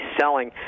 selling